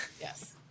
Yes